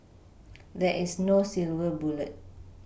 there is no silver bullet